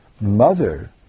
mother